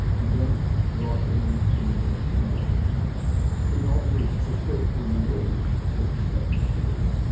and then brought in singapore, sarawak and sabre in order to persuade the malays to accept singapore.